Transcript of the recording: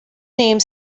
name